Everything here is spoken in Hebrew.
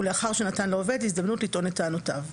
ולאחר שנתן לעובד הזדמנות לטעון את טענותיו.